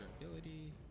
ability